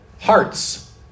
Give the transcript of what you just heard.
Hearts